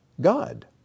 God